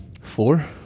Four